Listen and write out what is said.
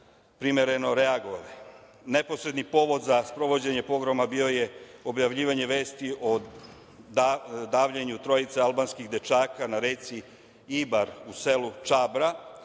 primereno reagovale. Neposredni povod za sprovođenje pogroma bilo je objavljivanje vesti o davljenju trojice albanskih dečaka na reci Ibar u selu Čabra,